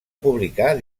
publicar